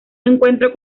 encuentro